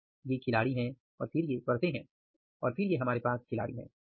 ये खिलाड़ी हैं और फिर ये परतें हैं और फिर ये हमारे पास खिलाड़ी हैं ठीक है